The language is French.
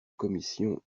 commission